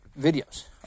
videos